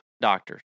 doctors